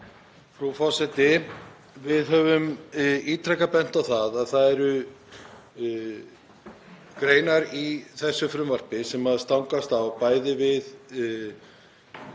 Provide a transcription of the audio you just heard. Frú forseti. Við höfum ítrekað bent á að það eru greinar í þessu frumvarpi sem stangast bæði á við